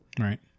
right